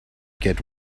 get